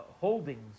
holdings